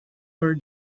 her